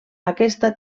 aquesta